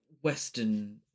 Western